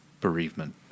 bereavement